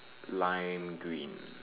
lime green